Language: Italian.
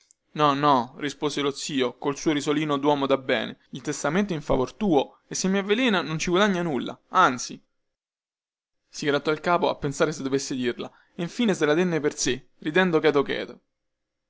no no rispose lo zio col suo risolino duomo dabbene il testamento è in favor tuo e se mi avvelena non ci guadagna nulla anzi si grattò il capo a pensare se dovesse dirla e infine se la tenne per sè ridendo cheto cheto